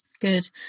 Good